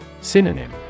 Synonym